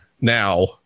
now